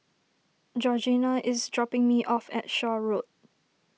Georgeanna is dropping me off at Shaw Road